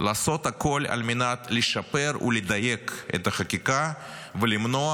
לעשות הכול על מנת לשפר ולדייק את החקיקה ולמנוע